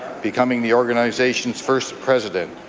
becoming the organization's first president.